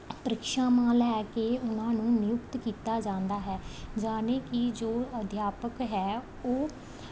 ਪ੍ਰੀਕਸ਼ਾਵਾਂ ਲੈ ਕੇ ਉਹਨਾਂ ਨੂੰ ਨਿਯੁਕਤ ਕੀਤਾ ਜਾਂਦਾ ਹੈ ਯਾਨੀ ਕਿ ਜੋ ਅਧਿਆਪਕ ਹੈ ਉਹ